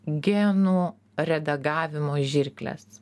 genų redagavimo žirkles